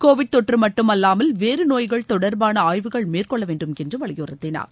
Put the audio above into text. Covid தொற்று மட்டுமல்லாமல் வேறு நோய்கள் தொடர்பான ஆய்வுகள் மேற்கொள்ள வேண்டும் என்று வலியுறுத்தினார்